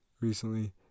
recently